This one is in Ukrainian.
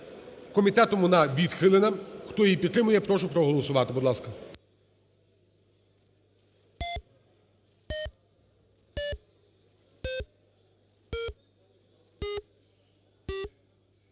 Комітетом вона відхилена. Хто її підтримує, прошу проголосувати. Будь ласка.